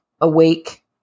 awake